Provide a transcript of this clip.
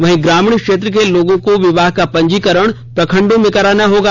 वहीं ग्रामीण क्षेत्र के लोगों को विवाह का पंजीकरण प्रखंडों में कराना होगा